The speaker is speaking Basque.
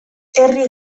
herri